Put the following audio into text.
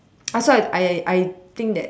I thought I I I think that